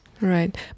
right